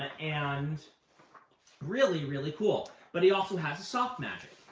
and really, really cool. but he also has a soft magic,